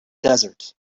desert